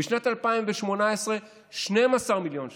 בשנת 2018, 12 מיליון שקלים,